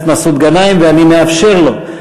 הכנסת מסעוד גנאים, ואני מאפשר לו.